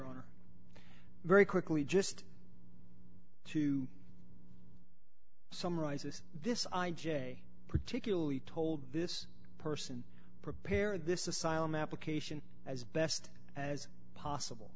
ron very quickly just to summarize is this i j particularly told this person prepare this asylum application as best as possible